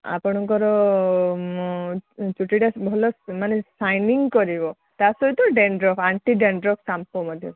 ଆପଣଙ୍କର ଚୁଟିଟା ଭଲ ମାନେ ସାଇନିଂ କରିବ ତା'ସହିତ ଡ୍ୟାନ୍ଡ଼୍ରଫ୍ ଆଣ୍ଟି ଡ୍ୟାନ୍ଡ଼୍ରଫ୍ ସାମ୍ପୋ ମଧ୍ୟ ସେଇଟା